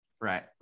Right